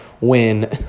win